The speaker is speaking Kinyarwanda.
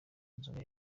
nzoga